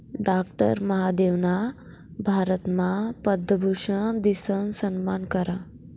doctor महादेवना भारतमा पद्मभूषन दिसन सम्मान करा